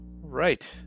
right